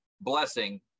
blessing